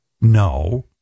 No